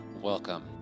Welcome